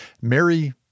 Mary